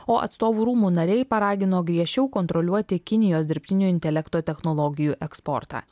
o atstovų rūmų nariai paragino griežčiau kontroliuoti kinijos dirbtinio intelekto technologijų eksportą